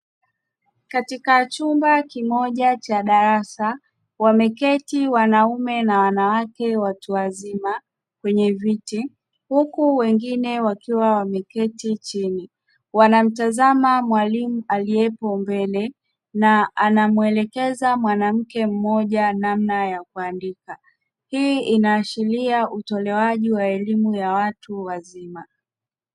Katika chumba kimoja cha darasa wameketi wanaume na wanawake watu wazima kwenye viti, huku wengine wakiwa wameketi chini, wanamtazama mwalimu aliyeko mbele na anamwelekeza mwanamke mmoja namna ya kuandika. Hii inaashiria utolewaji wa elimu ya watu wazima.